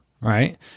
right